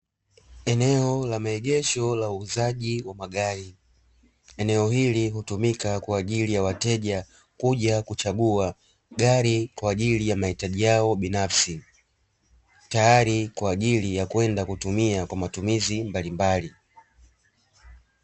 Eneo la maegesho la uuzaji wa magari, eneo hili hutumika kwa ajili ya wateja kuja kuchagua gari kwa ajili ya mahitaji yao binafsi, tayari kwa ajili ya kwenda kutumia kwa matumizi mbalimbali.